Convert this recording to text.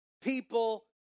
People